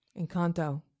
Encanto